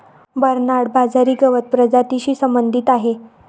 Bernard बाजरी गवत प्रजातीशी संबंधित आहे